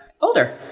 Older